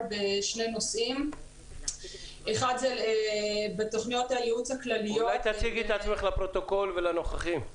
בשני נושאים -- תציגי את עצמך לפרוטוקול ולנוכחים.